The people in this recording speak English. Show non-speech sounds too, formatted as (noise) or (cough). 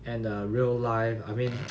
and the real life I mean (noise)